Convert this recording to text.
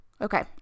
Okay